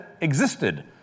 existed